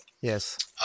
yes